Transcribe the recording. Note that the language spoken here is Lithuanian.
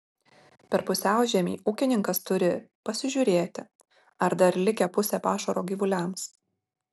per pusiaužiemį ūkininkas turi pasižiūrėti ar dar likę pusė pašaro gyvuliams